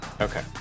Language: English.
Okay